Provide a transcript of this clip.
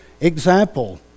example